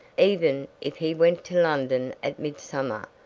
even if he went to london at midsummer,